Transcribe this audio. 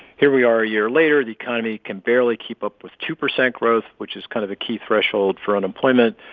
here we are a year later. the economy can barely keep up with two percent growth, which is kind of a key threshold for unemployment.